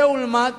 צא ולמד